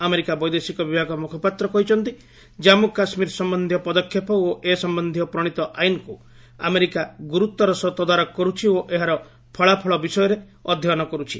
America ବୈଦେଶିକ ବିଭାଗ ମୁଖପାତ୍ର କହିଛନ୍ତି ଜାମ୍ମୁ କାଶ୍ମୀର ସମ୍ଭନ୍ଧୀୟ ପଦକ୍ଷେପ ଓ ଏ ସମ୍ଭନ୍ଧୀୟ ପ୍ରଣୀତ ଆଇନ୍କୁ ଆମେରିକା ଗୁରୁତ୍ୱର ସହ ତଦାରଖ କରୁଛି ଓ ଏହାର ଫଳାଫଳ ବିଷୟରେ ଅଧ୍ୟୟନ କରୁଛି